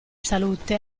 salute